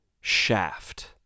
Shaft